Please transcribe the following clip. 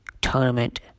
tournament